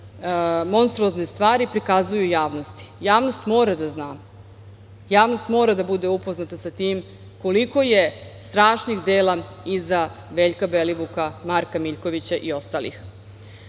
monstruozne stvari prikazuju javnosti. Javnost mora da zna, javnost mora da bude upoznata sa tim koliko je strašnih dela iza Veljka Belivuka, Marka Miljkovića i ostalih.